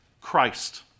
Christ